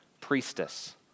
priestess